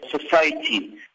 society